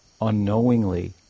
unknowingly